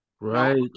Right